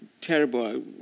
terrible